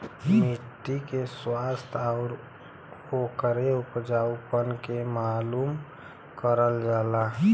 मट्टी के स्वास्थ्य आउर ओकरे उपजाऊपन के मालूम करल जाला